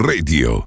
Radio